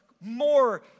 more